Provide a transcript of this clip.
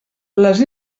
les